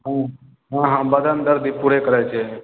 हँ हँ हँ बदन दर्द भी पूरे करए छै